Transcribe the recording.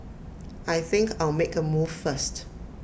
I think I'll make A move first